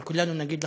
אבל כולנו נגיד לך: